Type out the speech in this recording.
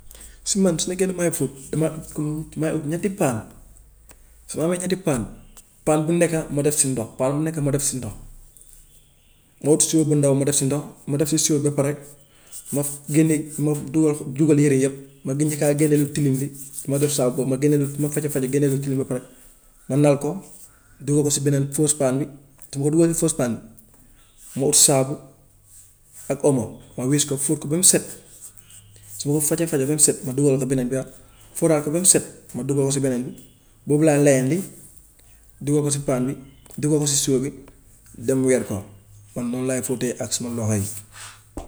Si man su nekkee ne maay fóot damaa ut comme, damay ut ñetti paan, su ma amee ñetti paan, paan bu nekka ma def si ndox, paan bu nekk ma def si ndox. Ma ut sóo bu ndaw ma def si ndox, ma def si sóo ba pare ma génnee ma dugal dugal yére yëpp, ma di njëkkaa génnee lu tilim li du ma def saabu ma génnee lu ma fete fete génnee lu tilim li ba pare ma nal ko, dugal ko si beneen first paan bi. Su ma ko dugalee si first paan bi, ma ut saabu ak omo ma wis ko fóot ko ba mu set. Su ma ko feete fete ba mu set ma dugal ko beneen bi ak fóotaat ko ba mu set ma dugal ko si beneen bi, boobu laay leyandi, dugal ko si paan bi, dugal ko si sóo bi dem weer ko. Man noonu laay fóotee ak suma loxo yi.